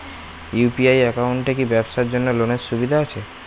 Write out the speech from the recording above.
UPI একাউন্টে কি ব্যবসার জন্য লোনের সুবিধা আছে?